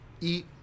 eat